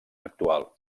actual